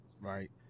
right